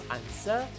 answer